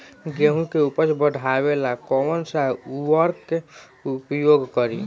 गेहूँ के उपज बढ़ावेला कौन सा उर्वरक उपयोग करीं?